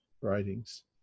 writings